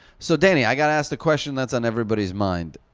so danny, i've gotta ask the question that's on everybody's mind.